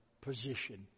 position